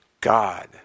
God